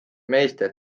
meeste